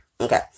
Okay